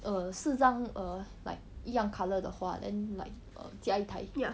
err 四张 err like 一样 colour 的花 then like err 加一台